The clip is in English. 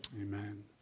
Amen